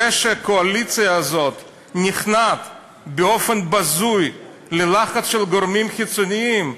זה שהקואליציה הזאת נכנעת באופן בזוי ללחץ של גורמים חיצוניים,